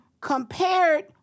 compared